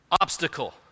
obstacle